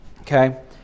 Okay